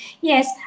Yes